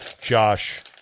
Josh